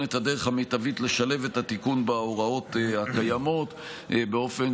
את הדרך המיטבית לשלב את התיקון בהוראות הקיימות באופן